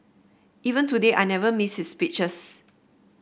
even today I never miss his speeches